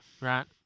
Right